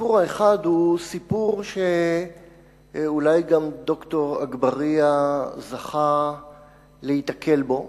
הסיפור האחד הוא סיפור שאולי גם ד"ר אגבאריה זכה להיתקל בו,